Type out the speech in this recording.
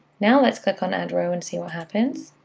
now, let's click on add row and see what happens.